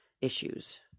issues